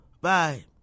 Bye